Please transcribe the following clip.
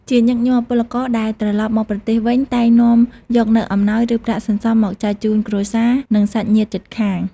ជាញឹកញាប់ ពលករដែលត្រឡប់មកប្រទេសវិញតែងនាំយកនូវអំណោយ ឬប្រាក់សន្សំមកចែកជូនគ្រួសារ និងសាច់ញាតិជិតខាង។